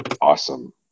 Awesome